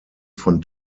von